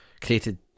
created